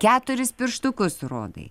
keturis pirštukus rodai